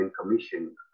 Commission